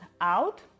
out